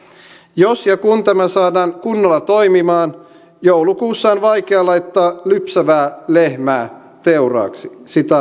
jos ja kun tämä saadaan kunnolla toimimaan joulukuussa on vaikea laittaa lypsävää lehmää teuraaksi